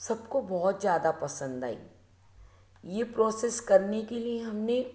सबको बहुत ज़्यादा पसंद आई ये प्रौसेस करने के लिए हमने